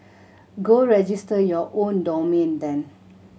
go register your own domain then